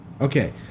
Okay